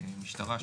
משטרה,